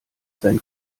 sein